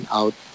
out